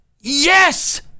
Yes